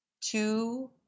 two